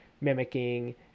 mimicking